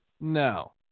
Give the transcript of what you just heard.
No